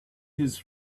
his